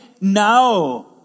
now